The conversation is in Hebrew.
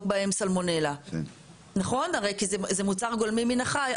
בהם סלמונלה כי זה מוצר גולמי מן החי,